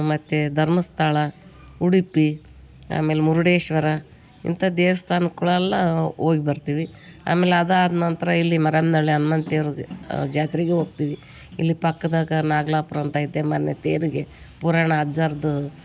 ಮತ್ತು ಧರ್ಮಸ್ಥಳ ಉಡುಪಿ ಆಮೇಲೆ ಮುರುಡೇಶ್ವರ ಇಂಥ ದೇವಸ್ಥಾನ್ಗಳೆಲ್ಲ ಹೋಗ್ಬರ್ತೀವಿ ಆಮೇಲೆ ಅದು ಆದ್ನಂತರ ಇಲ್ಲಿ ಮರಿಯಮ್ನಳ್ಳಿ ಹನ್ಮಂತ ದೇವ್ರಿಗೆ ಜಾತ್ರೆಗೆ ಹೋಗ್ತೀವಿ ಇಲ್ಲಿ ಪಕ್ಕದಾಗ ನಾಗ್ಲಾಪುರ ಅಂತ ಐತೆ ಮನೆ ತೇರಿಗೆ ಪುರಾಣ ಅಜ್ಜಾರದ್ದು